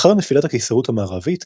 לאחר נפילת הקיסרות המערבית,